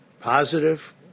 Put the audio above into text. positive